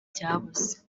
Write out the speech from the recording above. byabuze